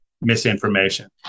misinformation